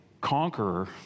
conqueror